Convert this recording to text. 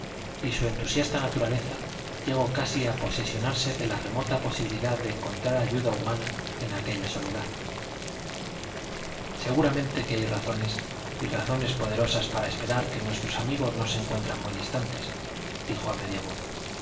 y su entusiasta naturaleza llegó casi a posesionarse de la remota posibilidad de encontrar ayuda humana en aquella soledad seguramente que hay razones y razones poderosas para esperar que nuestros amigos no se encuentran muy distantes dijo a media voz